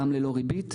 גם ללא ריבית.